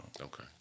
Okay